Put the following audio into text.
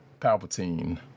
Palpatine